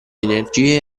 energie